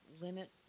limit